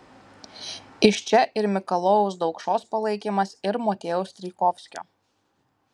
iš čia ir mikalojaus daukšos palaikymas ir motiejaus strijkovskio